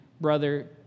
brother